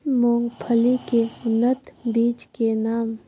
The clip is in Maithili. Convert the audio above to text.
मूंगफली के उन्नत बीज के नाम?